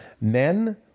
Men